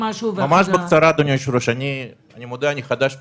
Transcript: ממש בקצרה: אני חדש פה,